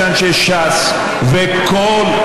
תודה רבה.